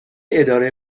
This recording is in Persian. اداره